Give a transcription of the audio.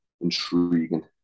intriguing